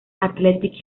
athletic